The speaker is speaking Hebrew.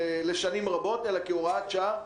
לשנים רבות, אלא כהוראת שעה.